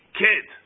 kid